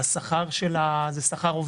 זה שכר עובדים.